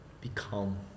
become